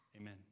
Amen